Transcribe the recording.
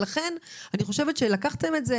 אני חושבת שלקחתם את זה